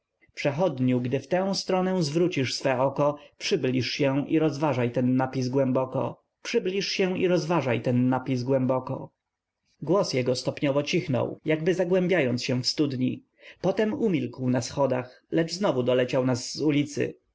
przechodniu gdy w tę stronę zwrócisz swoje oko przybliż się i rozważaj ten napis głęboko przybliż się i rozważaj ten napis głęboko głos jego stopniowo cichnął jakby zagłębiając się w studni potem umilkł na schodach lecz znowu doleciał nas z ulicy